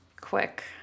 quick